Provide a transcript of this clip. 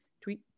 tweet